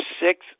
six